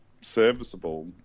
serviceable